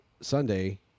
sunday